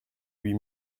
huit